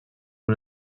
una